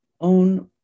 own